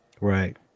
Right